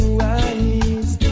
wise